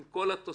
עם כל התוספות